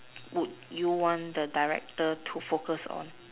would you want the director to focus on